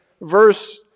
verse